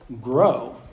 grow